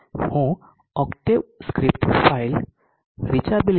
હું Octave script file reachability